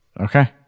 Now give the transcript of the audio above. Okay